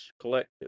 Collective